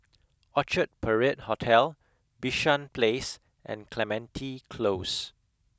Crchard Parade Hotel Bishan Place and Clementi Close